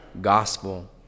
gospel